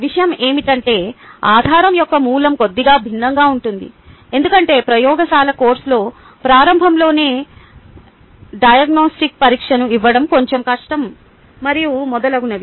విషయం ఏమిటంటే ఆధారం యొక్క మూలం కొద్దిగా భిన్నంగా ఉంటుంది ఎందుకంటే ప్రయోగశాల కోర్సులో ప్రారంభంలోనే డయాగ్నొస్టిక్ పరీక్షను ఇవ్వడం కొంచెం కష్టం మరియు మొదలగునవి